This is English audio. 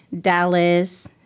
Dallas